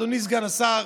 אדוני סגן השר,